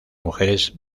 mujeres